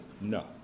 No